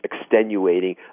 extenuating